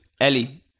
Ellie